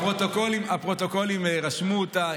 הפרוטוקולים רשמו אותה,